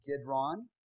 Kidron